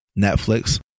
Netflix